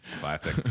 Classic